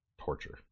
torture